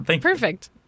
Perfect